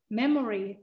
memory